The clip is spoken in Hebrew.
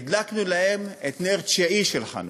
הדלקנו להם את נר תשיעי של חנוכה.